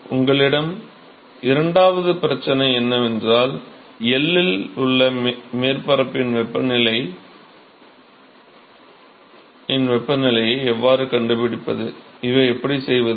எனவே உங்களின் இரண்டாவது பிரச்சனை என்னவென்றால் L இல் உள்ள மேற்பரப்பின் வெப்பநிலையின் வெப்பநிலையை எவ்வாறு கண்டுபிடிப்பது இதை எப்படி செய்வது